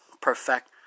perfect